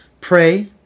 pray